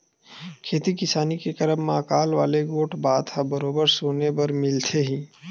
खेती किसानी के करब म अकाल वाले गोठ बात ह बरोबर सुने बर मिलथे ही